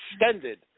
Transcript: extended